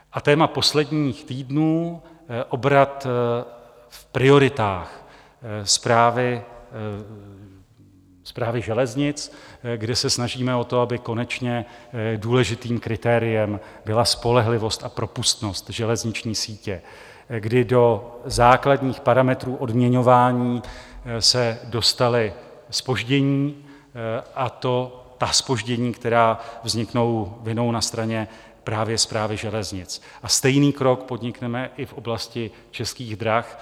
A téma posledních týdnů obrat v prioritách Správy železnic, kde se snažíme o to, aby konečně důležitým kritériem byla spolehlivost a propustnost železniční sítě, kdy do základních parametrů odměňování se dostala zpoždění, a to ta zpoždění, která vzniknou vinou na straně právě Správy železnic, a stejný krok podnikneme i v oblasti Českých drah.